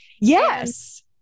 Yes